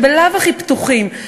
שבלאו הכי פתוחים,